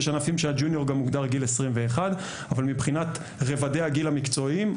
ויש ענפים שמוגדר גיל 21. אבל מבחינת רבדי הגיל המקצועיים,